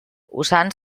usant